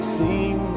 seem